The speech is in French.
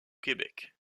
québec